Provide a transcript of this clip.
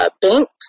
banks